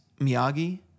Miyagi